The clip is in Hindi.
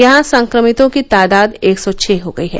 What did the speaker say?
यहां संक्रमितों की तादाद एक सौ छह हो गयी है